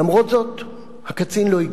למרות זאת, הקצין לא הגיע.